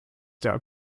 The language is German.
der